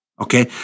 okay